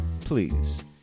please